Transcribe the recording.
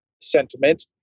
sentiment